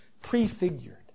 prefigured